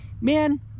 man